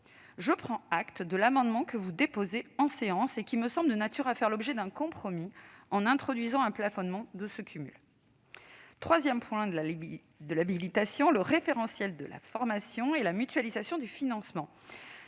Je prends acte néanmoins de l'amendement que vous avez déposé en séance et qui me semble nature à faire l'objet d'un compromis, en introduisant un plafonnement de ce cumul. Le troisième point de l'habilitation est le référentiel de la formation et la mutualisation du financement.